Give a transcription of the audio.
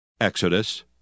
Exodus